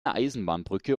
eisenbahnbrücke